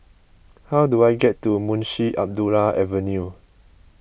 how do I get to Munshi Abdullah Avenue